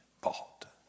bought